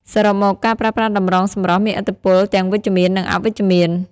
សរុបមក ការប្រើប្រាស់តម្រងសម្រស់មានឥទ្ធិពលទាំងវិជ្ជមាននិងអវិជ្ជមាន។